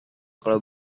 kalau